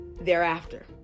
thereafter